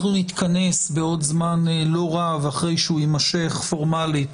אנחנו נתכנס בעוד זמן לא רב אחרי שהוא יימשך פורמאלית